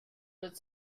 but